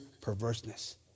perverseness